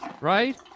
Right